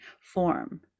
form